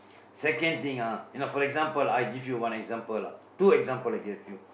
second thing ah you know for example I give you one example lah two example I give you